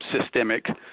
systemic